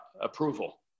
approval